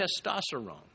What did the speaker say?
testosterone